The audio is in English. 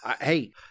Hey